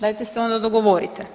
Dajte se onda dogovorite.